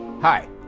Hi